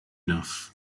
enough